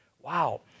Wow